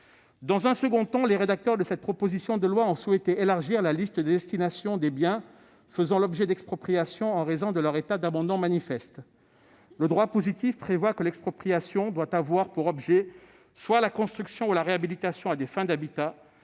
Dans un second temps, les rédacteurs de cette proposition de loi ont souhaité élargir la liste des destinations des biens faisant l'objet d'expropriation en raison de leur état d'abandon manifeste. Le droit positif prévoit que l'expropriation doit avoir pour objet soit la construction ou la réhabilitation à des fins d'habitat